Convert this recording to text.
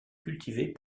cultivés